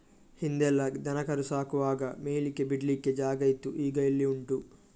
ಹಿಂದೆಲ್ಲ ದನ ಕರು ಸಾಕುವಾಗ ಮೇಯ್ಲಿಕ್ಕೆ ಬಿಡ್ಲಿಕ್ಕೆ ಜಾಗ ಇತ್ತು ಈಗ ಎಲ್ಲಿ ಉಂಟು